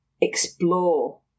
explore